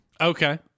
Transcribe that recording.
Okay